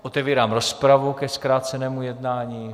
Otevírám rozpravu ke zkrácenému jednání.